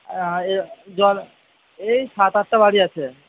আর জল এই সাত আটটা বাড়ি আছে